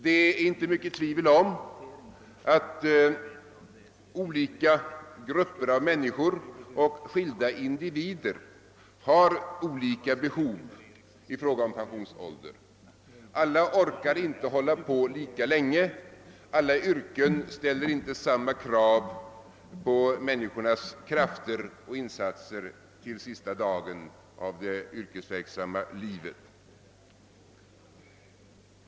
Det råder inte mycket tvivel om att olika grupper av människor och skilda individer har olika behov i fråga om pensionsåldrar. Alla orkar inte hålla på lika länge. Alla yrken ställer inte samma krav på människornas krafter och insatser till sista dagen av det yrkesverksamma livet.